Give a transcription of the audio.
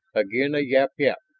again a yap-yap.